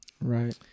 Right